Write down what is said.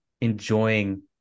enjoying